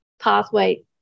pathway